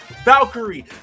Valkyrie